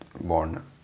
born